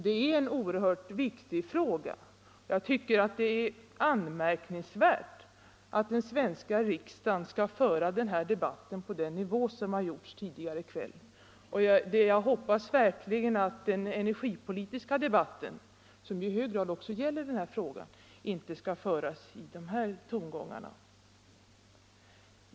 Detta är en oerhört viktig fråga. Jag tycker att det är anmärkningsvärt att den svenska riksdagen för den här debatten på den nivå som förekommit tidigare i kväll. Jag hoppas verkligen att den energipolitiska debatten, som i hög grad också gäller den här frågan, inte skall föras i sådana här tongångar.